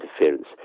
interference